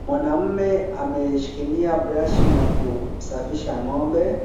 Mwanaume ameshikilia brashi na kusafisha ng'ombe,